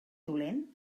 dolent